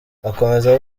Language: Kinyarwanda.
akomeza